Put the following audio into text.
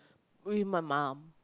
with my mum